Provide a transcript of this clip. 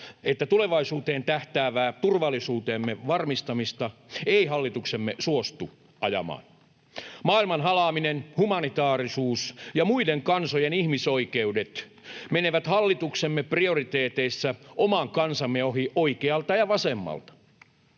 että tulevaisuuteen tähtäävää turvallisuutemme varmistamista ei hallituksemme suostu ajamaan. Maailman halaaminen, humanitaarisuus ja muiden kansojen ihmisoikeudet menevät hallituksemme prioriteeteissa oman kansamme ohi oikealta ja vasemmalta.